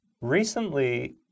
recently